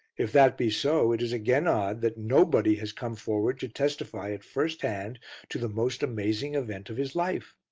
if that be so, it is again odd that nobody has come forward to testify at first hand to the most amazing event of his life.